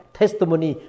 testimony